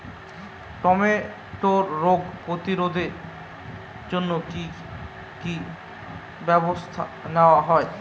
টমেটোর রোগ প্রতিরোধে জন্য কি কী ব্যবস্থা নেওয়া হয়?